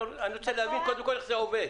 רוצה להבין, קודם כל, איך זה עובד.